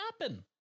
happen